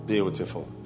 Beautiful